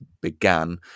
began